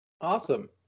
awesome